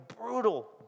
brutal